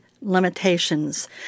Limitations